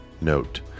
Note